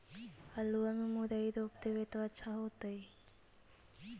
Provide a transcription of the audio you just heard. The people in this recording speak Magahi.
आलुआ में मुरई रोप देबई त अच्छा होतई?